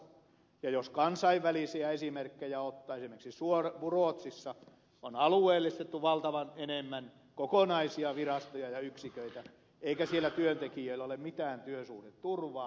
ja jos kansainvälisiä esimerkkejä ottaa esimerkiksi ruotsissa on alueellistettu valtavasti enemmän kokonaisia virastoja ja yksiköitä eikä siellä työntekijöillä ole mitään työsuhdeturvaa